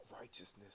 righteousness